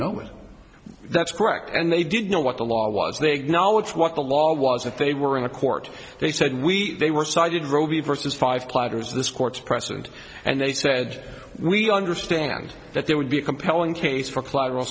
know that's correct and they did know what the law was they acknowledge what the law was that they were in a court they said we they were sided robey vs five plotters this court's precedent and they said we understand that there would be a compelling case for collateral